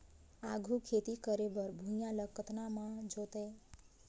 आघु खेती करे बर भुइयां ल कतना म जोतेयं?